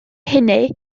hynny